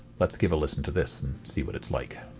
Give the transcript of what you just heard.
let's give a listen to this and see what it's like.